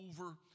over